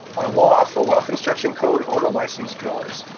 a law for well construction code or to licensed drillers,